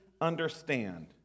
understand